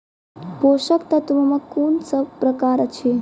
पोसक तत्व मे कून सब प्रकार अछि?